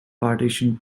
partition